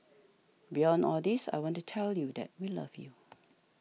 beyond all this I want to tell you that we love you